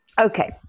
Okay